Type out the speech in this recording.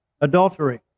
adultery